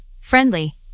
Friendly